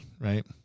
right